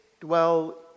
dwell